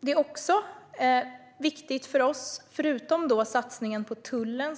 Det är också viktigt för oss, förutom satsningen på tullen